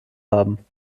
haben